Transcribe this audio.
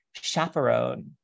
chaperone